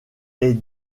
est